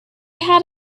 had